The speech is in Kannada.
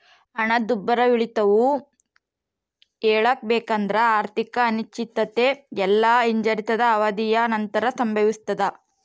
ಹಣದುಬ್ಬರವಿಳಿತವು ಹೇಳಬೇಕೆಂದ್ರ ಆರ್ಥಿಕ ಅನಿಶ್ಚಿತತೆ ಇಲ್ಲಾ ಹಿಂಜರಿತದ ಅವಧಿಯ ನಂತರ ಸಂಭವಿಸ್ತದೆ